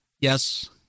yes